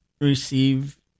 receive